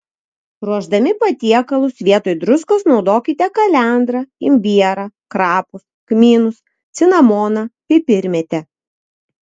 ruošdami patiekalus vietoj druskos naudokite kalendrą imbierą krapus kmynus cinamoną pipirmėtę